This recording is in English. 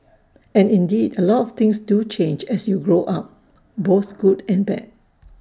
and indeed A lot of things do change as you grow up both good and bad